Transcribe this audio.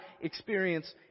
experience